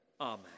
Amen